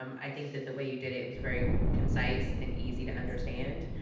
um i think that the way you did it was very concise and easy to understand.